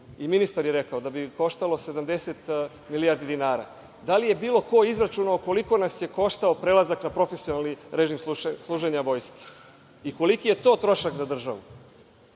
i ministar je rekao, da bikoštalo 70 milijardi dinara. Da li je bilo ko izračunao koliko nas je koštao prelazak na profesionalni režim služenja vojske? Koliki je to trošak za državu?